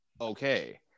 okay